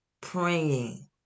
praying